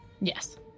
Yes